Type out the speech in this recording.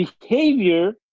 Behavior